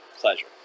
pleasure